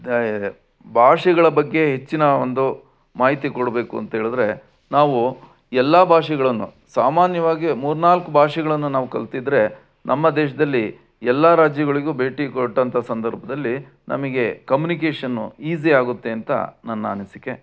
ಭಾಷೆಗಳ ಬಗ್ಗೆ ಹೆಚ್ಚಿನ ಒಂದು ಮಾಹಿತಿ ಕೊಡಬೇಕು ಅಂತ ಹೇಳದ್ರೆ ನಾವು ಎಲ್ಲ ಭಾಷೆಗಳನ್ನು ಸಾಮಾನ್ಯವಾಗಿ ಮೂರ್ನಾಲ್ಕು ಭಾಷೆಗಳನ್ನು ನಾವು ಕಲಿತಿದ್ರೆ ನಮ್ಮ ದೇಶದಲ್ಲಿ ಎಲ್ಲ ರಾಜ್ಯಗಳಿಗೂ ಭೇಟಿ ಕೊಟ್ಟಂಥ ಸಂದರ್ಭದಲ್ಲಿ ನಮಗೆ ಕಮ್ಯುನಿಕೇಶನ್ನು ಈಸಿ ಆಗುತ್ತೆ ಅಂತ ನನ್ನ ಅನಿಸಿಕೆ